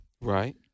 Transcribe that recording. Right